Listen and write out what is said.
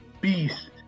beast